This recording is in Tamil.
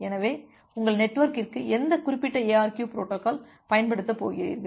எனவே உங்கள் நெட்வொர்கிற்கு எந்த குறிப்பிட்ட எஅர்கியு பொரோட்டோகால் பயன்படுத்தப் போகிறீர்கள்